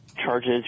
Charges